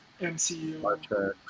MCU